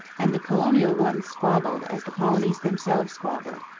and the colonial ones squabbled as the colonies themselves squabbled.